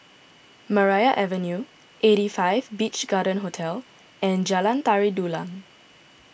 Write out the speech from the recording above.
Maria Avenue eighty five Beach Garden Hotel and Jalan Tari Dulang